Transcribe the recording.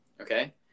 okay